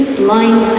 blind